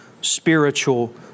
spiritual